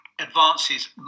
advances